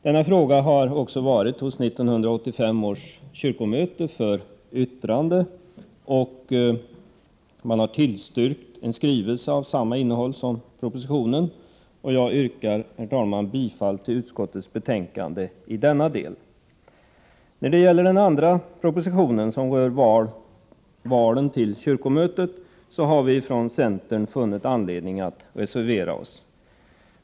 Denna fråga har också varit hos 1985 års kyrkomöte för yttrande, och man har tillstyrkt propositionen. Jag yrkar, herr talman, bifall till utskottets hemställan i denna del. När det gäller den andra propositionen, som rör valen till kyrkomöte, har vi ifrån centern funnit anledning att reservera oss.